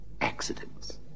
accidents